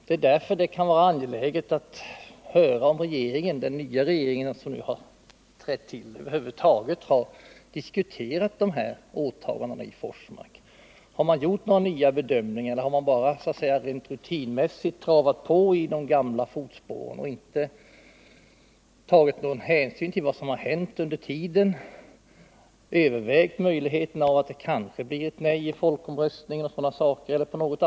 Det kan därför vara angeläget att få veta om den nya regeringen över huvud taget hart diskuterat åtagandena i Forsmark. Har man gjort några nya bedömningar, eller har man så att säga rent rutinmässigt trampat på i de gamla fotspåren utan att ta hänsyn till vad som har hänt under tiden? Har man övervägt möjligheterna av att resultatet av folkomröstningen kan bli ett nej till kärnkraft?